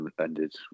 ended